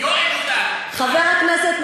יואל, יואל מודאג.